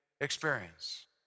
experience